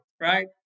right